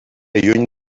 lluny